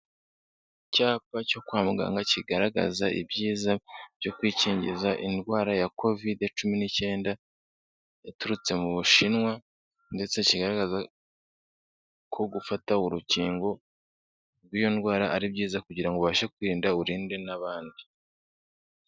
Icyapa cyo kwa muganga kigaragaza ibyiza byo kwikingiza indwara ya kovide cumi n'icyenda yaturutse mu Bushinwa, ndetse kigaragaza ko gufata urukingo rw'iyo ndwara ari byiza kugira ubashe kwirinda urinde n'abandi.